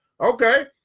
Okay